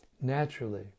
naturally